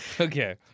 Okay